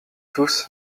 tous